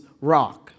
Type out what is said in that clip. rock